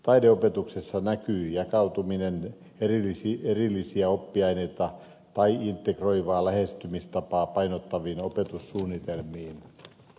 taideopetuksessa näkyi jakautuminen erillisiä oppiaineita tai integroivaa lähestymistapaa painottaviin opetussuunnitelmiin